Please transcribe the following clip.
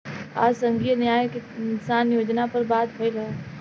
आज संघीय न्याय किसान योजना पर बात भईल ह